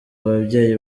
ababyeyi